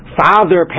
father